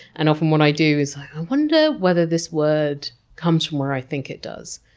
and often what i do is, i wonder whether this word comes from where i think it does.